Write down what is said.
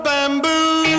Bamboo